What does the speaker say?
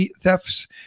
thefts